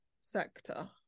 sector